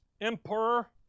emperor